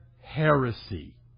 heresy